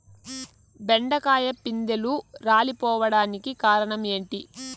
బెండకాయ పిందెలు రాలిపోవడానికి కారణం ఏంటి?